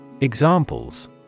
Examples